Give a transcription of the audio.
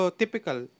typical